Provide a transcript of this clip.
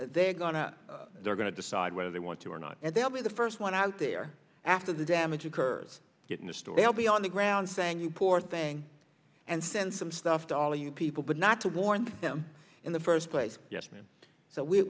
they're going to they're going to decide whether they want to or not and they'll be the first one out there after the damage occurs getting the story will be on the ground saying you poor thing and send some stuff to all you people but not to warn them in the first place yes ma'am so we